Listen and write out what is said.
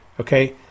Okay